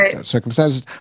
circumstances